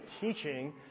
teaching